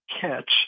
catch